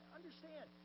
understand